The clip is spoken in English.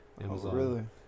Amazon